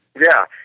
yeah.